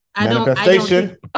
Manifestation